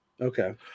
Okay